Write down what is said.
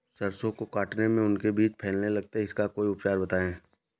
सरसो को काटने में उनके बीज फैलने लगते हैं इसका कोई उपचार बताएं?